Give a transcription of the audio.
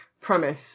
premise